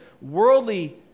worldly